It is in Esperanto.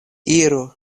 iru